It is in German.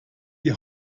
die